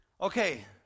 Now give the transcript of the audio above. Okay